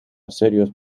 serios